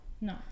No